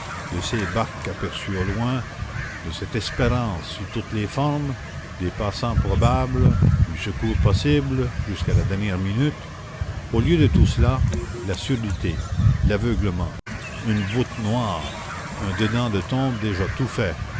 de ces barques aperçues au loin de cette espérance sous toutes les formes des passants probables du secours possible jusqu'à la dernière minute au lieu de tout cela la surdité l'aveuglement une voûte noire un dedans de tombe déjà tout fait